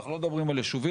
אנחנו לא מדברים על יישובים,